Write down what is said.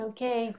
Okay